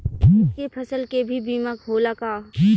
खेत के फसल के भी बीमा होला का?